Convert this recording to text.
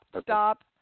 stop